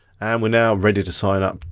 and we're now ready to sign up.